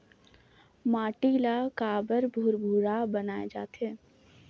माटी ला काबर भुरभुरा बनाय जाथे?